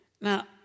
Now